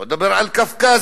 שלא לדבר על קווקזים.